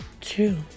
Two